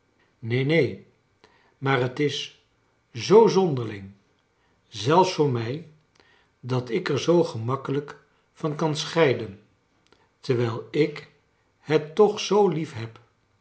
neen neen maar het is zoo zonderling zelfs voor mij dat ik er zoo gemakkelijk van kan scheiden terwijl ik het toch zoo liefheb